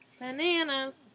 bananas